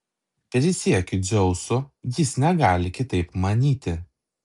prisiekiu dzeusu jis negali kitaip manyti